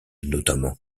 notamment